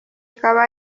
ikaba